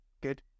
Good